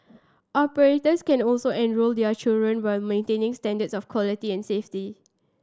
operators can also enrol their children while maintaining standards of quality and safety